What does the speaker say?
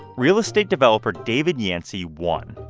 real estate developer david yancey, won.